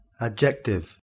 adjective